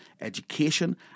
education